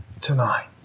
tonight